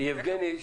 יבגני,